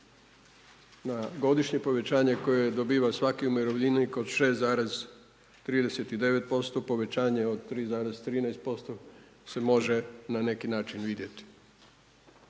na godišnje povećanje koje dobiva svaki umirovljenik od 6,39% povećanje od 3,13% se može na neki način vidjeti.